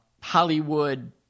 Hollywood